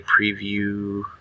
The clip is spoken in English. preview